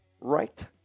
right